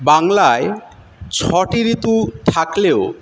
বাংলায় ছটি ঋতু থাকলেও